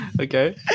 Okay